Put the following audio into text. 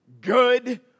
good